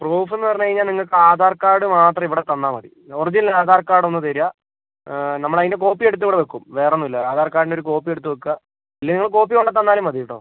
proof എന്നു പറഞ്ഞ് കയിഞ്ഞാൽ നിങ്ങൾക്ക് ആധാർ കാർഡ് മാത്രം ഇവിടെ തന്നാൽമതി ഒറിജിനൽ ആധാർ കാർഡ് ഒന്നു തരിക നമ്മളതിൻ്റ കോപ്പി എടുത്ത് ഇവിടെ വയ്ക്കും വേറെ ഒന്നും ഇല്ല ആധാർ കാർഡിൻ്റ ഒരു കോപ്പി എടുത്ത് വയ്ക്കുക ഇല്ലെങ്കിൽ നിങ്ങൾ കോപ്പി കൊണ്ടുത്തന്നാലും മതി കേട്ടോ